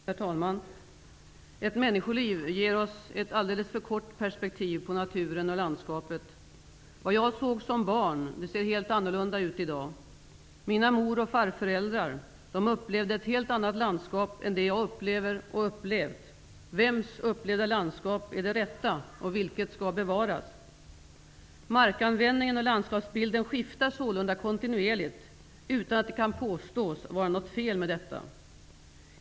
Herr talman! Ett människoliv ger oss ett alldeles för kort perspektiv på naturen och landskapet. Vad jag såg som barn, ser helt annorlunda ut i dag. Mina mor och farföräldrar upplevde ett helt annat landskap än det jag upplever och har upplevt. Vems upplevda landskap är det rätta? Vilket skall bevaras? Markanvändningen och landskapsbilden skiftar sålunda kontinuerligt utan att det kan påstås vara något fel med detta.